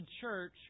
church